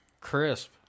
crisp